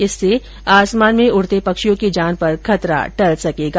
इससे आसमान में उड़ते पक्षियों की जान पर खतरा टल सकेगा